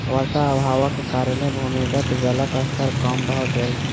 वर्षा अभावक कारणेँ भूमिगत जलक स्तर कम भ गेल